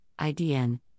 IDN